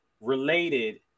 related